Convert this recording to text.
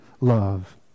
love